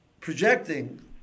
projecting